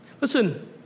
Listen